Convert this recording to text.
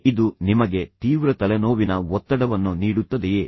ಇದು ನಿಮಗೆ ತೀವ್ರ ತಲೆನೋವಿನ ಒತ್ತಡವನ್ನು ನೀಡುತ್ತದೆಯೇ